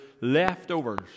leftovers